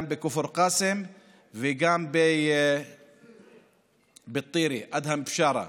גם בכפר קאסם וגם בטירה, אדהם בשארה.